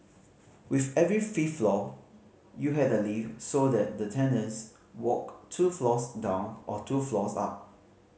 with every fifth floor you had a lift so that the tenants walked two floors down or two floors up